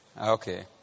Okay